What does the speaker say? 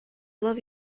love